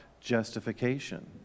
justification